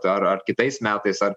ar ar kitais metais ar